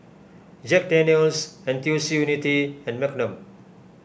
Jack Daniel's N T U C Unity and Magnum